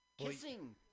Kissing